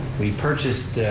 we purchased,